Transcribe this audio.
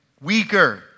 weaker